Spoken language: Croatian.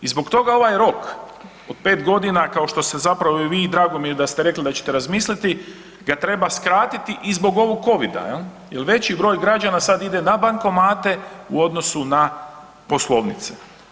I zbog toga ovaj rok od pet godina kao što ste zapravo i vi i drago mi je da ste rekli da ćete razmisliti ga treba skratiti i zbog ovog covida jel veći broj građana sad ide na bankomate u odnosu na poslovnice.